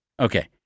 Okay